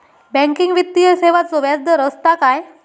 Banking वित्तीय सेवाचो व्याजदर असता काय?